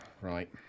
right